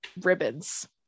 ribbons